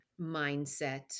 mindset